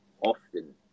often